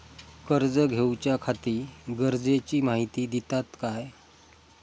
कर्ज घेऊच्याखाती गरजेची माहिती दितात काय?